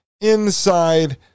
inside